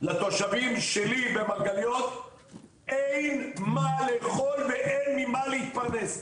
לתושבים שלי במרגליות אין מה לאכול ואין ממה להתפרנס.